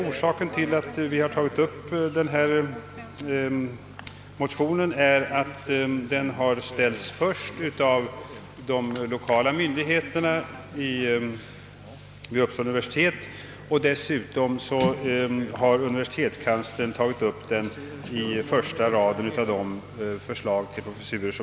Orsaken till att vi väckt dessa motioner är att professuren placerats i främsta rummet av Uppsala universitet och dessutom har universitetskanslern uppfört den i sitt förslag till professurer i år.